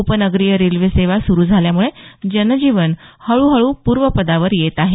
उपनगरीय रेल्वे सेवा सुरु झाल्यामुळे जनजीवन हळुहळु पूर्वपदावर येत आहे